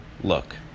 look